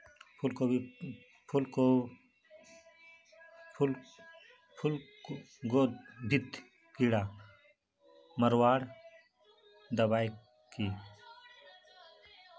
फूलगोभीत कीड़ा मारवार दबाई की?